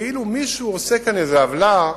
כאילו מישהו עושה כאן איזו עוולה,